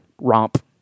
romp